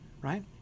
right